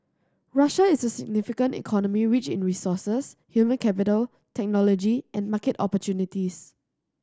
Russia is a significant economy rich in resources human capital technology and market opportunities